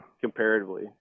comparatively